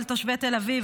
על תושבי תל אביב,